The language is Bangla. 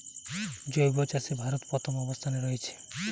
জৈব চাষে ভারত প্রথম অবস্থানে রয়েছে